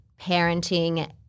parenting